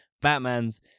Batman's